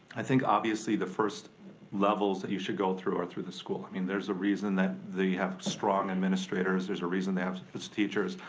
i think obviously the first levels that you should go through are through the school. i mean there's a reason that they have strong administrators. there's a reason they have teachers.